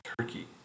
Turkey